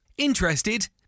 interested